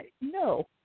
no